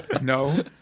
No